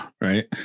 right